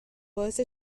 باعث